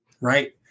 Right